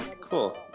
cool